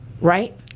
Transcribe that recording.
right